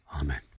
Amen